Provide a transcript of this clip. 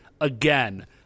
again